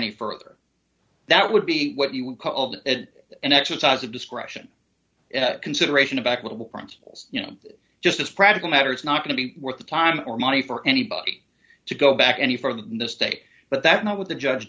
any further that would be what you would call it an exercise of discretion consideration of back with the principals you know just as a practical matter it's not going to be worth the time or money for anybody to go back any further than the state but that's not what the judge